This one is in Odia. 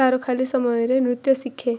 ତାର ଖାଲି ସମୟରେ ନୃତ୍ୟ ଶିଖେ